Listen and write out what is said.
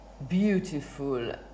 beautiful